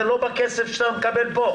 זה לא בכסף שאתה מקבל פה.